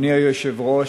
אדוני היושב-ראש,